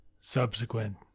subsequent